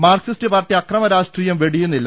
Marxist party അക്രമ രാഷ്ട്രീ യം വെടിയുന്നില്ല